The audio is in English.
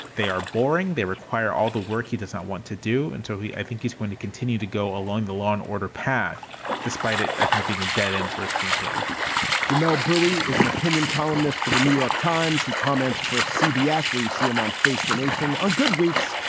they are boring. they require all the work he does not want to do until he, i think, is going to continue to go along the law and order path despite it, i think, being a dead end first campaign jamelle bouie is an opinion columnist for the new york times. he comments for cbs where you see him on face the nation on good weeks.